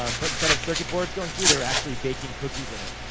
um but instead of circuit boards going through, they were actually baking cookies in it.